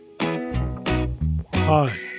Hi